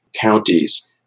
counties